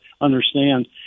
understand